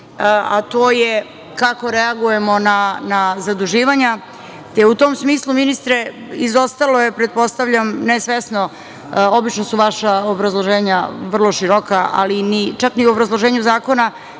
a to je kako reagujemo na zaduživanja. U tom smislu, ministre, izostalo je pretpostavljam ne svesno, obično su vaša obrazloženja vrlo široka, ali čak ni u obrazloženju zakona